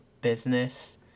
business